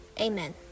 Amen